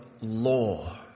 law